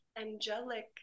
angelic